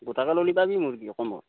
গোটাকৈ ল'লে পাবি মূৰ্গী কমত